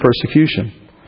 persecution